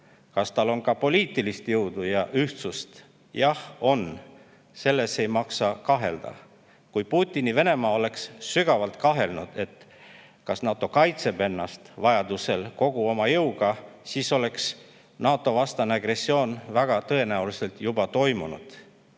Kas tal on ka poliitilist jõudu ja ühtsust? Jah on. Selles ei maksa kahelda. Kui Putini Venemaa oleks sügavalt kahelnud, kas NATO kaitseb ennast vajadusel kogu oma jõuga, siis oleks NATO-vastane agressioon väga tõenäoliselt juba toimunud.